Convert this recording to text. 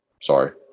sorry